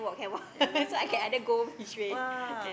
yeah lah yeah lah !wah!